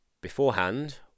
beforehand